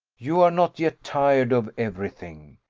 you are not yet tired of every thing.